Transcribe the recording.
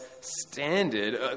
standard